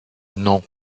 non